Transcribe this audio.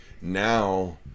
now